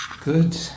Good